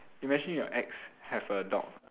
imagine your ex have a dog